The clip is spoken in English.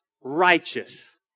righteous